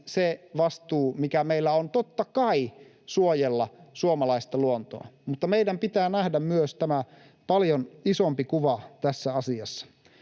se vastuu, mikä meillä on, totta kai, suojella suomalaista luontoa, mutta meidän pitää nähdä myös tämä paljon isompi kuva tässä asiassa.